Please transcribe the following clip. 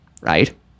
right